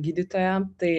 gydytoja tai